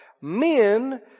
men